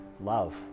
love